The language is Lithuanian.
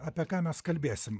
apie ką mes kalbėsim